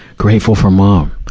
grateful for mom. but